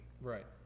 Right